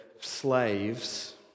slaves